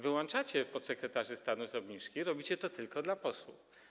Wyłączacie podsekretarzy stanu z obniżki, robicie to tylko dla posłów.